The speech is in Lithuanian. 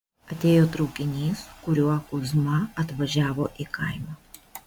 atėjo traukinys kuriuo kuzma atvažiavo į kaimą